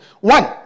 one